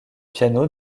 piano